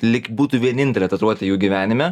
lyg būtų vienintelė tatuiruotė jų gyvenime